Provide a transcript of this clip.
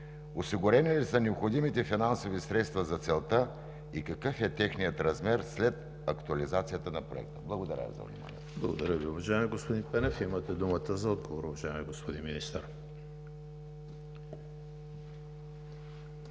осигурени ли са необходимите финансови средства за целта и какъв е техният размер след актуализацията на Проекта? Благодаря Ви за вниманието. ПРЕДСЕДАТЕЛ ЕМИЛ ХРИСТОВ: Благодаря Ви, уважаеми господин Пенев. Имате думата за отговор, уважаеми господин Министър.